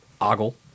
ogle